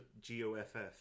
G-O-F-F